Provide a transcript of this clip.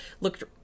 looked